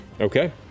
Okay